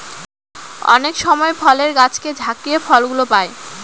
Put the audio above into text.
অনেক সময় ফলের গাছকে ঝাকিয়ে ফল গুলো পাই